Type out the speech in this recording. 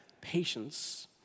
patience